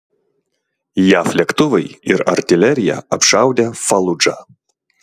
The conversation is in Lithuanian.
jav lėktuvai ir artilerija apšaudė faludžą